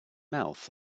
mouth